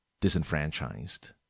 disenfranchised